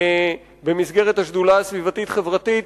במסגרת השדולה הסביבתית-חברתית,